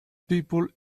people